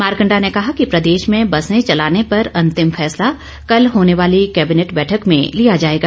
मारकंडा ने कहा कि प्रदेश में बसे चलाने पर अंतिम फैसला कल होने वाली कैबिनेट बैठक में लिया जाएगा